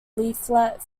leaflet